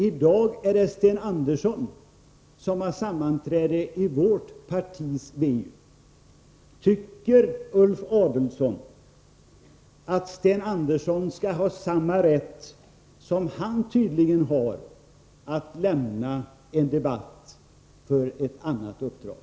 I dag är det Sten Andersson som har sammanträde i vårt partis VU. Tycker Ulf Adelsohn att Sten Andersson skall ha samma rätt som han själv tydligen har att lämna en debatt i riksdagen för ett annat uppdrag?